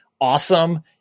awesome